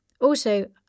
Also